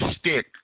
stick